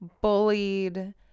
bullied